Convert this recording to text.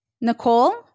Nicole